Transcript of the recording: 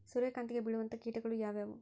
ಸೂರ್ಯಕಾಂತಿಗೆ ಬೇಳುವಂತಹ ಕೇಟಗಳು ಯಾವ್ಯಾವು?